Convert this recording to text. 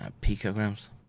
picograms